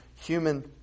human